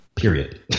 Period